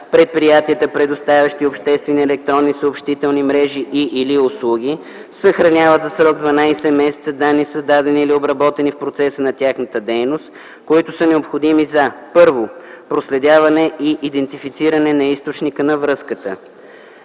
предприятията, предоставящи обществени електронни съобщителни мрежи и/или услуги, съхраняват за срок 12 месеца данни, създадени или обработени в процеса на тяхната дейност, които са необходими за: 1. проследяване и идентифициране на източника на връзката;